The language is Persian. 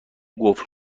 قفل